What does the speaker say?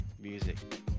music